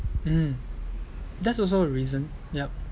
mm that's also a reason yup